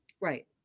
Right